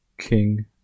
King